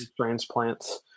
transplants